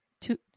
two